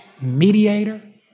mediator